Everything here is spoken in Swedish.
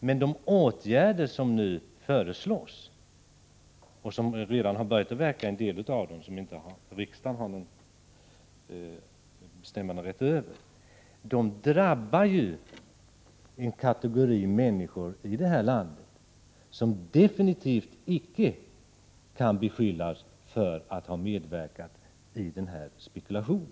Men de åtgärder som nu föreslås och de som redan börjat verka — nämligen de som riksdagen inte har någon bestämmanderätt över — drabbar en kategori människor här i landet som definitivt icke kan beskyllas för att ha medverkat i spekulationen.